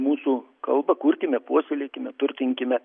mūsų kalbą kurkime puoselėkime turtinkime